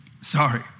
Sorry